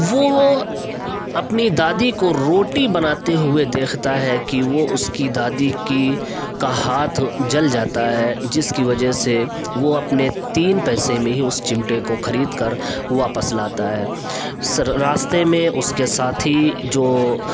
وہ اپنی دادی کو روٹی بناتے ہوئے دیکھتا ہے کہ وہ اس کی دادی کی کا ہاتھ جل جاتا ہے جس کی وجہ سے وہ اپنی تین پیسے میں ہی اس چمٹے کو خرید کر واپس لاتا ہے راستے میں اس کے ساتھی جو